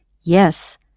Yes